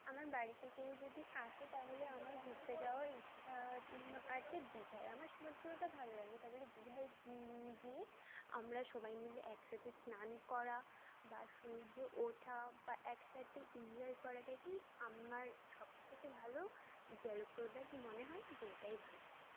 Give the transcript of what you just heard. আমার বাড়িতে কেউ যদি আসে তাহলে আমার ঘুরতে যাওয়ার ইচ্ছা আছে দীঘায় আমার সমুদ্রটা ভালো লাগে তাহলে দীঘায় গিয়ে আমরা সবাই মিলে একসাথে স্নান করা বা সূর্য ওঠা বা একসাথে ইনজয় করাটাকেই আমার সবথেকে ভালো জলপ্রদান মনে হয় যে এটাই ভালো